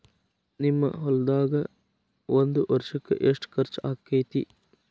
ನಿಮ್ಮ ಹೊಲ್ದಾಗ ಒಂದ್ ವರ್ಷಕ್ಕ ಎಷ್ಟ ಖರ್ಚ್ ಆಕ್ಕೆತಿ?